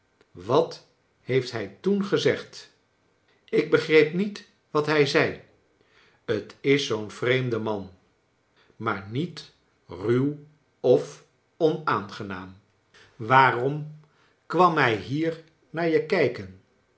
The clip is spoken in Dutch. wat heeft hij toen gezegd ik begreep niet wat hij zei x is zoo'n vreemde man maar niet ruw of onaangenaam kleine dorrit waarom kwam hij hier naar je kijken